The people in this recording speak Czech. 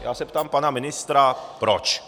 Já se ptám pana ministra proč.